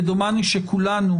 ודומני שכולנו,